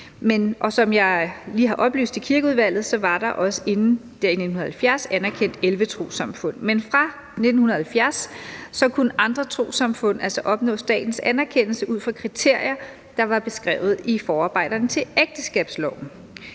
som jeg lige har oplyst om i Kirkeudvalget, var der også i 1970 anerkendt 11 trossamfund – men fra 1970 kunne andre trossamfund altså opnå statens anerkendelse ud fra kriterier, der var beskrevet i forarbejderne til ægteskabsloven.